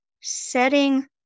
setting